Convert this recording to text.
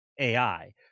AI